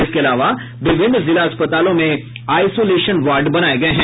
इसके अलावा विभिन्न जिला अस्पतालों में आइसोलेशन वार्ड बनाये गये हैं